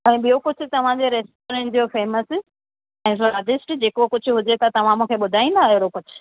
ऐं ॿियो कुझु तव्हांजे रेस्टोरंट जो फ़ेमस ऐं स्वादिष्ट जेको कुझु हुजे त तव्हां मूंखे ॿुधाईंदा अहिड़ो कुझु